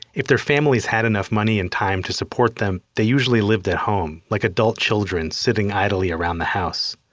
if their families had enough money and time to support them, they usually lived at home, like adult children sitting idly around the house.